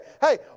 hey